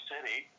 City